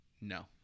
No